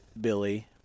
Billy